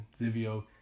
Zivio